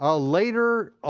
ah later,